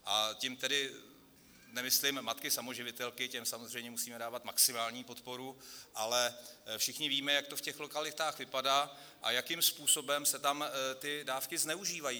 A tím tedy nemyslím matky samoživitelky, těm samozřejmě musíme dávat maximální podporu, ale všichni víme, jak to v těch lokalitách vypadá a jakým způsobem se tam ty dávky zneužívají.